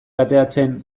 ateratzen